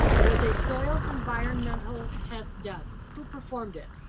was a soils environmental test done? who performed it,